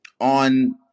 On